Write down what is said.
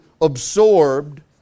absorbed